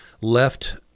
left